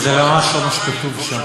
וזה ממש לא מה שכתוב שם.